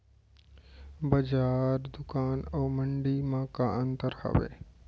बजार, दुकान अऊ मंडी मा का अंतर हावे?